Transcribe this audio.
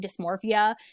dysmorphia